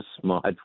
smart